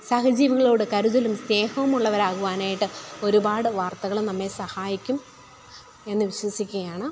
സഹജീവികളോട് കരുതലും സ്നേഹവും ഉള്ളവർ ആകുവാനായിട്ട് ഒരുപാട് വാർത്തകളും നമ്മെ സഹായിക്കും എന്ന് വിശ്വസിക്കുകയാണ്